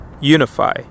unify